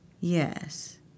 Yes